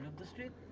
the street?